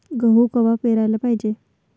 गहू कवा पेराले पायजे?